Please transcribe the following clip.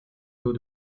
l’eau